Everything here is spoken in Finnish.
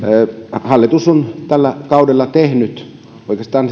hallitus on tällä kaudella tehnyt oikeastaan